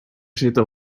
zitten